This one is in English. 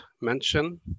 mention